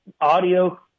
audio